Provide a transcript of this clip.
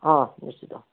ହଁ ନିଶ୍ଚିତ